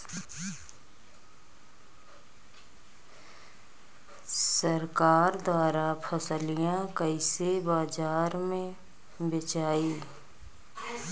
सरकार द्वारा फसलिया कईसे बाजार में बेचाई?